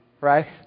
right